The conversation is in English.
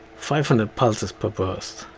five hundred pulses per burst